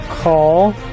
Call